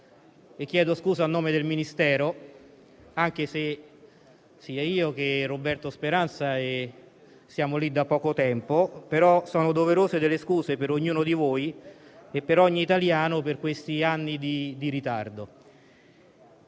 e chiedo scusa a nome del Ministero. Anche se sia io che il ministro Roberto Speranza siamo lì da poco tempo, sono doverose delle scuse per ognuno di voi e per ogni italiano per gli anni di ritardo.